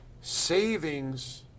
savings